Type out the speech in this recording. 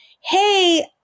hey